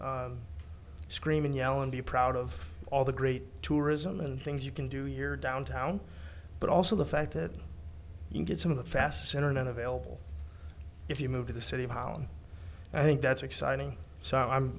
can scream and yell and be proud of all the great tourism and things you can do here downtown but also the fact that you get some of the fastest internet available if you move to the city of holland and i think that's exciting so i'm